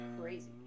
Crazy